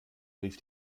rief